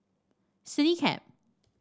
Citycab